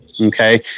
Okay